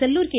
Sellur K